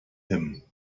him